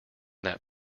that